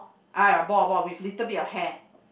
ah ya bald bald with little bit of hair